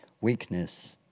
weakness